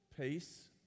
Peace